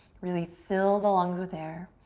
really fill the lungs with air.